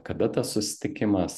kada tas susitikimas